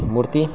مورتی